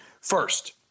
First